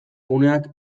guneak